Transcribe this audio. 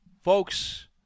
Folks